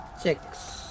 six